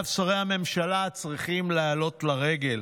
שאליו שרי הממשלה צריכים לעלות לרגל,